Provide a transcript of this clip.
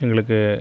எங்களுக்கு